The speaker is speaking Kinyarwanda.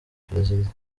perezida